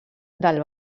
del